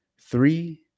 three